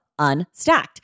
Unstacked